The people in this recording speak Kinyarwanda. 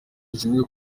rishinzwe